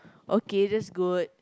okay that's good